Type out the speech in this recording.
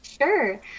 Sure